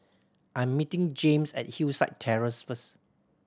I'm meeting James at Hillside Terrace first